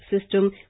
system